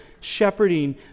shepherding